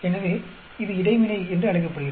எனவே அது இடைவினை என்று அழைக்கப்படுகிறது